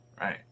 right